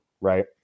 right